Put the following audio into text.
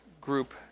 group